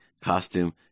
Costume